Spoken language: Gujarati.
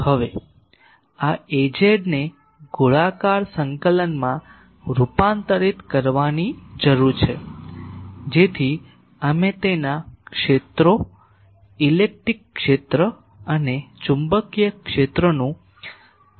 હવે આ Az ને ગોળાકાર સંકલનમાં રૂપાંતરિત કરવાની જરૂર છે જેથી અમે તેના ક્ષેત્રો ઇલેક્ટ્રિક ક્ષેત્ર અને ચુંબકીય ક્ષેત્રોનું પ્રતિનિધિત્વ કરી શકીએ